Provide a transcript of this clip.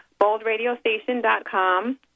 boldradiostation.com